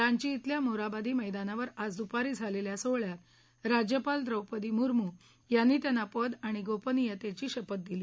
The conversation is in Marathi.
रांची थल्या मोरहाबादी मैदानावर आज दुपारी झालेल्या सोहळ्यात राज्यपाल द्रौपदी मुर्मू यांनी त्यांना पद आणि गोपनीयतेची शपथ दिली